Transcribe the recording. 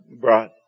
brought